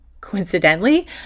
coincidentally